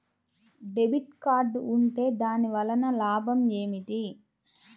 Debit card ఉంటే దాని వలన లాభం ఏమిటీ?